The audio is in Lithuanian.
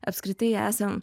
apskritai esam